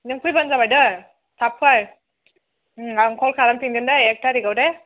नों फैबानो जाबाय दै थाब फै आं कल खालामफिनगोन दै एक थारिखआव दे